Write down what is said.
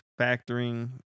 factoring